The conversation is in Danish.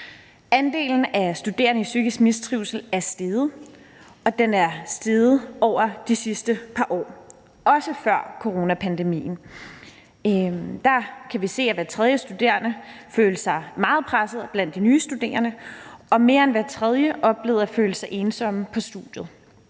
Andelen af studerende med psykisk mistrivsel er steget, og den er steget over de sidste par år, også før coronapandemien. Vi kan se, at hver tredje blandt de nye studerende føler sig meget presset, og at mere end hver tredje oplever at føle sig ensom på studiet,